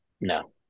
no